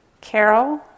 Carol